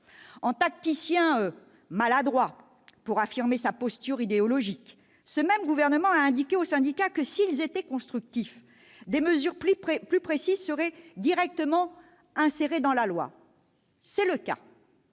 En tacticien maladroit qui cherche à affirmer sa posture idéologique, ce même gouvernement a indiqué aux syndicats que, s'ils étaient constructifs, des mesures plus précises seraient directement insérées dans la loi. C'est le cas,